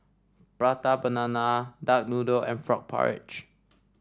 Prata Banana Duck Noodle and Frog Porridge